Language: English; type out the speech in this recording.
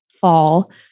fall